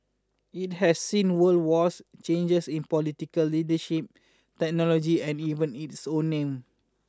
it has seen world wars changes in political leadership technology and even its own name